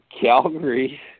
Calgary